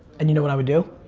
and you know what i would do?